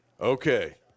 Okay